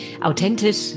authentisch